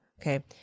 Okay